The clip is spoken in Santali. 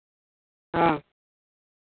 ᱦᱮᱸ